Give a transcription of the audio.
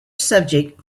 subject